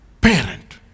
parent